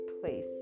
place